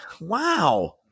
Wow